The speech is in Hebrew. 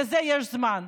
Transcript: לזה יש זמן.